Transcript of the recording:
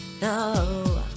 no